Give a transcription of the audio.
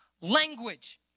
language